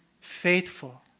Faithful